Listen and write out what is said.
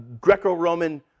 Greco-Roman